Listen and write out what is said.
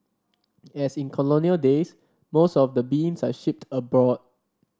as in colonial days most of the beans are shipped abroad